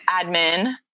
admin